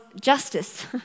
justice